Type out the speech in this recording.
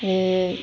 आरो